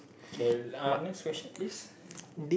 K uh next question please